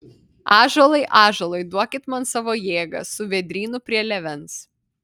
ąžuolai ąžuolai duokit man savo jėgą su vėdrynu prie lėvens